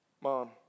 Mom